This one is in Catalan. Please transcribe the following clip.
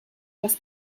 les